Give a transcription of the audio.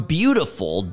beautiful